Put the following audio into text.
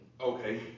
Okay